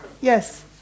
Yes